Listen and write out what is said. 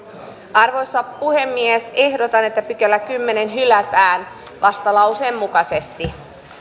arvoisa puhemies ehdotan että kymmenes pykälä hylätään vastalauseen kaksi mukaisesti